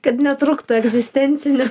kad netrūktų egzistencinių